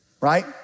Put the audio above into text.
Right